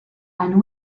and